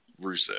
Rusev